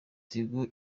tigo